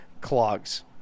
clogs